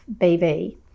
BV